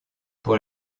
pour